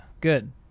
Good